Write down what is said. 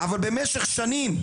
אבל במשך שנים,